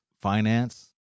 finance